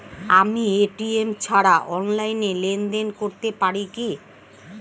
আমি এ.টি.এম ছাড়া অনলাইনে লেনদেন করতে পারি কি?